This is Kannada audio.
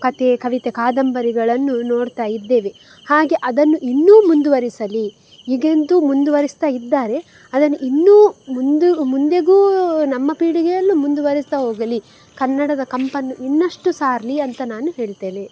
ಕಥೆ ಕವಿತೆ ಕಾದಂಬರಿಗಳನ್ನು ನೋಡ್ತಾಯಿದ್ದೇವೆ ಹಾಗೆ ಅದನ್ನು ಇನ್ನೂ ಮುಂದುವರಿಸಲಿ ಈಗಂತು ಮುಂದುವರಿಸ್ತಾ ಇದ್ದಾರೆ ಅದನ್ನು ಇನ್ನೂ ಮುಂದು ಮುಂದೆಗೂ ನಮ್ಮ ಪೀಳಿಗೆಯಲ್ಲು ಮುಂದುವರಿಸ್ತಾ ಹೋಗಲಿ ಕನ್ನಡದ ಕಂಪನ್ನು ಇನ್ನಷ್ಟು ಸಾರಲಿ ಅಂತ ನಾನು ಹೇಳ್ತೆನೆ